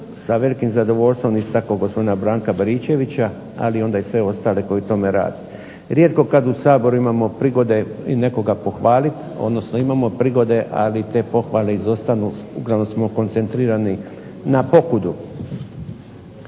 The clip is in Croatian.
sa velikim zadovoljstvom istakao gospodina Branka Baričevića, ali onda i sve ostale koji u tome rade. Rijetko kad u Saboru imamo prigode i nekoga pohvaliti, odnosno imamo prigode, ali te pohvale izostanu, uglavnom smo koncentrirani na pokudu.